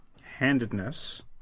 Handedness